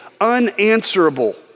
unanswerable